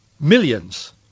millions